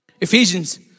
Ephesians